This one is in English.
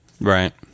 Right